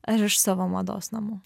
ar iš savo mados namų